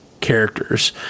characters